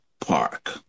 Park